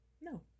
No